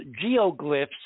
geoglyphs